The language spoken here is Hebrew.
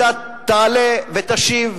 אתה תעלה ותשיב,